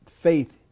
faith